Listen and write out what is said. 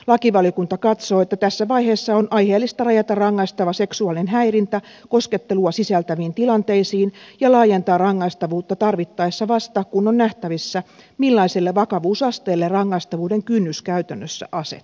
lakivaliokunta katsoo että tässä vaiheessa on aiheellista rajata rangaistava seksuaalinen häirintä koskettelua sisältäviin tilanteisiin ja laajentaa rangaistavuutta tarvittaessa vasta kun on nähtävissä millaiselle vakavuusasteelle rangaistavuuden kynnys käytännössä asettuu